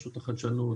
ברשות החדשנות,